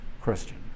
Christian